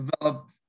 develop